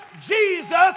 Jesus